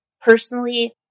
personally